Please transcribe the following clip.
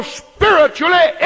spiritually